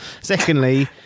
Secondly